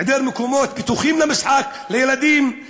היעדר מקומות ופיתוח מקומות משחק לילדים,